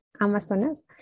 Amazonas